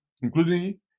including